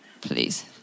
Please